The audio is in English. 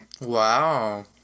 Wow